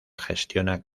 gestiona